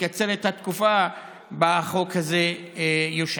לקצר את התקופה שבה החוק הזה יושעה.